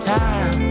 time